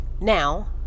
Now